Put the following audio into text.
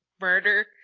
murder